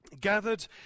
Gathered